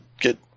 get